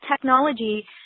technology